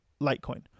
Litecoin